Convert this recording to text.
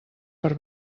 per